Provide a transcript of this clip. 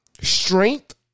Strength